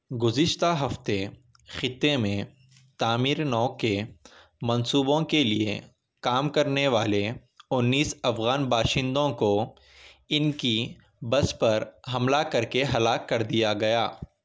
گزشتہ ہفتے خطے میں تعمیر نو کے منصوبوں کے لیے کام کرنے والے انیس افغان باشندوں کو ان کی بس پر حملہ کر کے ہلاک کر دیا گیا